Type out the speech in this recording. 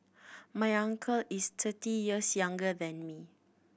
my uncle is thirty years younger than me